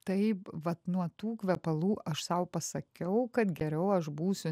taip vat nuo tų kvepalų aš sau pasakiau kad geriau aš būsiu